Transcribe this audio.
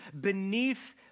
beneath